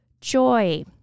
joy